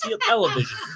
television